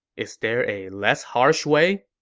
is there a less harsh way?